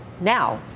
now